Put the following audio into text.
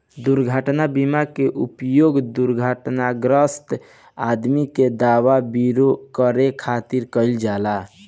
दुर्घटना बीमा के उपयोग दुर्घटनाग्रस्त आदमी के दवा विरो करे खातिर कईल जाला